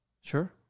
Sure